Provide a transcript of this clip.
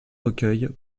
recueils